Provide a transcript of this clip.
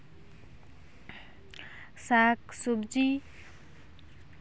ᱥᱟᱠ ᱥᱚᱵᱡᱤ